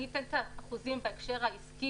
אני אתן את האחוזים בהקשר העסקי